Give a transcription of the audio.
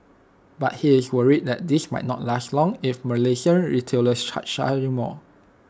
but he is worried that this might not last long if Malaysian retailers start charging more